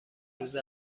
روز